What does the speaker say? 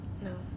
No